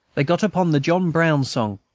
they got upon the john brown song,